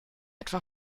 etwa